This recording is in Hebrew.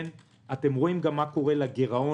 אתם גם רואים מה קורה לגירעון.